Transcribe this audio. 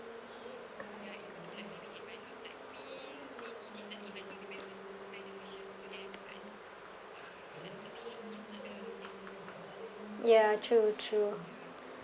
ya true true